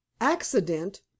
accident